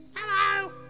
Hello